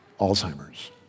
Alzheimer's